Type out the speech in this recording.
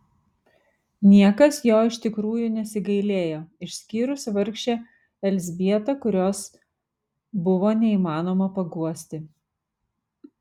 niekas jo iš tikrųjų nesigailėjo išskyrus vargšę elzbietą kurios buvo neįmanoma paguosti